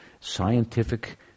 scientific